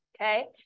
okay